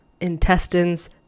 intestines